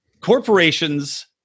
Corporations